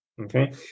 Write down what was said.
Okay